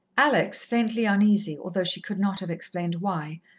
alex, faintly uneasy, although she could not have explained why,